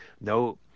No